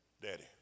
Daddy